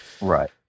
Right